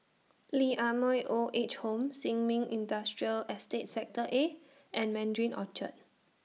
Lee Ah Mooi Old Age Home Sin Ming Industrial Estate Sector A and Mandarin Orchard